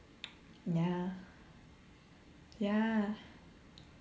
ya ya